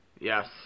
Yes